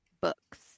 books